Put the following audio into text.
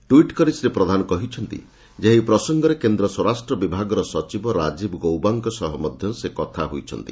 tweet କରି ଶ୍ରୀ ପ୍ରଧାନ କହିଛନ୍ତି ଯେ ଏହି ପ୍ରସଙ୍ଗରେ କେନ୍ଦ୍ର ସ୍ୱରାଷ୍ଟ ବିଭାଗର ସଚିବ ରାକୀବ ଗୌବାଙ୍କ ସହ ମଧ ସେ କଥା ହୋଇଛନ୍ତି